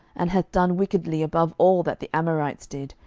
and hath done wickedly above all that the amorites did,